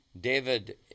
David